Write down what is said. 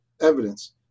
evidence